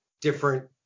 different